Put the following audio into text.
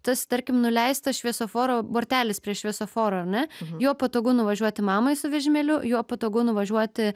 tas tarkim nuleistas šviesoforo bortelis prie šviesoforo ar ne juo patogu nuvažiuoti mamai su vežimėliu juo patogu nuvažiuoti